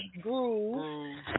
Groove